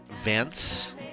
events